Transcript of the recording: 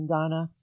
Donna